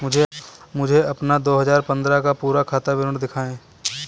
मुझे अपना दो हजार पन्द्रह का पूरा खाता विवरण दिखाएँ?